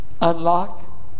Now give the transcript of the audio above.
Unlock